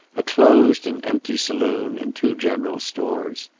a closed and empty saloon and two general stores.